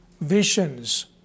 visions